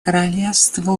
королевство